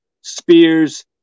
spears